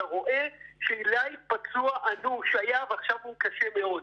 אתה רואה את זה שעילי היה פצוע אנוש ועכשיו הוא קשה מאוד,